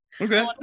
okay